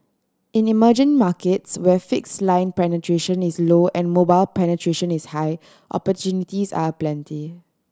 in emerging markets where fix line penetration is low and mobile penetration is high opportunities are aplenty